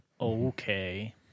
okay